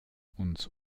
uns